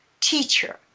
teacher